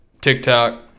TikTok